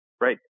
right